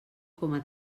coma